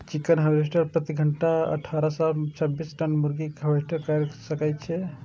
chicken harvester प्रति घंटा अट्ठारह सं छब्बीस टन मुर्गी कें हार्वेस्ट कैर सकै छै